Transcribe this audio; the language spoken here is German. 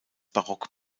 barock